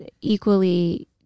equally